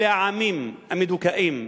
אלה העמים המדוכאים,